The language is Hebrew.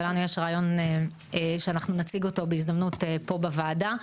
ולנו יש רעיון שאנחנו נציג אותו בהזדמנות פה בוועדה,